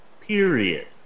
period